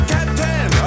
Captain